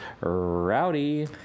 Rowdy